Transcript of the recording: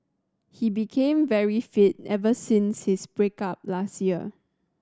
he became very fit ever since his break up last year